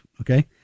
okay